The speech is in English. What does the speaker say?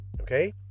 Okay